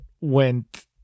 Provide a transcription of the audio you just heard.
went